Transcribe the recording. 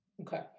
okay